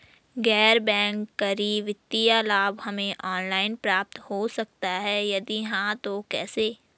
गैर बैंक करी वित्तीय लाभ हमें ऑनलाइन प्राप्त हो सकता है यदि हाँ तो कैसे?